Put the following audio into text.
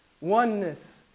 oneness